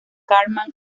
cartman